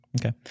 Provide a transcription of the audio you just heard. Okay